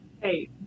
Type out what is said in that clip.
Hey